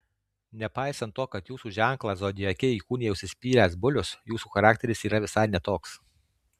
nepaisant to kad jūsų ženklą zodiake įkūnija užsispyręs bulius jūsų charakteris yra visai ne toks